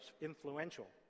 influential